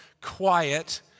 quiet